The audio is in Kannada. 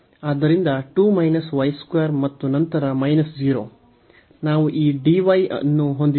ಆದ್ದರಿಂದ 2 y 2 ಮತ್ತು ನಂತರ 0 ನಾವು ಈ dy ಹೊಂದಿದ್ದೇವೆ